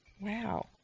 Wow